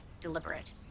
deliberate